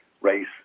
race